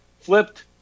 flipped